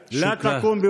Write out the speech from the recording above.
) שוכרן.